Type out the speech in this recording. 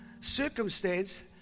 circumstance